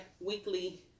weekly